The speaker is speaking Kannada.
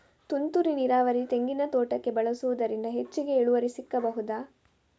ತುಂತುರು ನೀರಾವರಿ ತೆಂಗಿನ ತೋಟಕ್ಕೆ ಬಳಸುವುದರಿಂದ ಹೆಚ್ಚಿಗೆ ಇಳುವರಿ ಸಿಕ್ಕಬಹುದ?